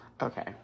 Okay